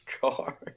car